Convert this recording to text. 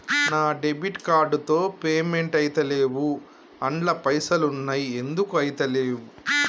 నా debit card తో payment ఐతలేవ్ అండ్ల పైసల్ ఉన్నయి ఎందుకు ఐతలేవ్?